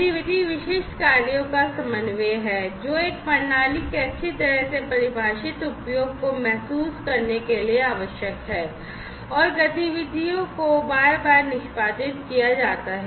गतिविधि विशिष्ट कार्यों का समन्वय है जो एक प्रणाली के अच्छी तरह से परिभाषित उपयोग को महसूस करने के लिए आवश्यक हैं और गतिविधियों को बार बार निष्पादित किया जाता है